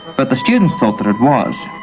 but the students felt that it was.